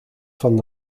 van